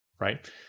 right